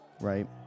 right